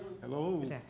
Hello